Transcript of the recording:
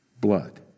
blood